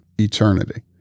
eternity